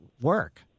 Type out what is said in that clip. work